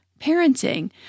parenting